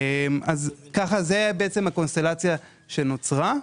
זאת הקונסטלציה שנוצרה.